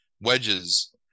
wedges